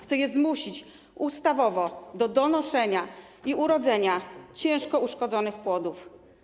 Chce je zmusić ustawowo do donoszenia i urodzenia ciężko uszkodzonych płodów.